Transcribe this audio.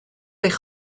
eich